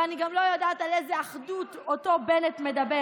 ואני גם לא יודעת על איזו אחדות אותו בנט מדבר.